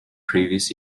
previous